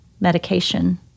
medication